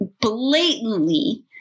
blatantly